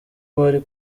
bari